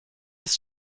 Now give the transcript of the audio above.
ist